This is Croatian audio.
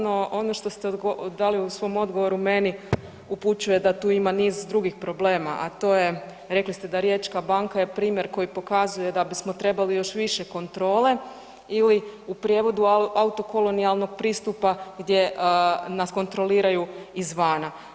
No ono što ste dali u svom odgovoru meni upućuje da tu ima niz drugih problema, a to je rekli ste da je Riječka banka primjer koji pokazuje da bismo trebali još više kontrole ili u prijevodu autokolonijalnog pristupa gdje nas kontroliraju izvana.